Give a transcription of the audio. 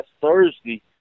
Thursday